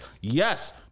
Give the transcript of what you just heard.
Yes